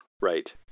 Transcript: Right